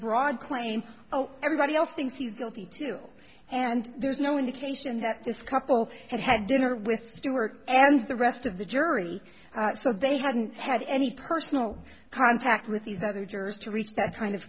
broad claim oh everybody else thinks he's guilty too and there's no indication that this couple had had dinner with stewart and the rest of the jury so they hadn't had any personal contact with these other jurors to reach that kind of